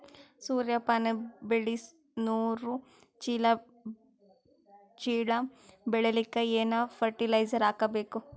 ಸೂರ್ಯಪಾನ ಬೆಳಿ ನೂರು ಚೀಳ ಬೆಳೆಲಿಕ ಏನ ಫರಟಿಲೈಜರ ಹಾಕಬೇಕು?